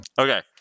Okay